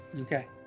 Okay